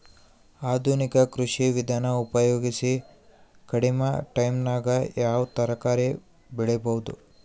ಆಧುನಿಕ ಕೃಷಿ ವಿಧಾನ ಉಪಯೋಗಿಸಿ ಕಡಿಮ ಟೈಮನಾಗ ಯಾವ ತರಕಾರಿ ಬೆಳಿಬಹುದು?